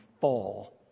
fall